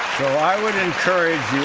so i would encourage